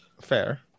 Fair